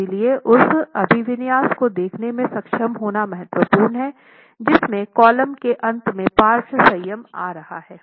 इसलिए उस अभिविन्यास को देखने में सक्षम होना महत्वपूर्ण है जिसमें कॉलम के अंत में पार्श्व संयम आ रहा है